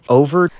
over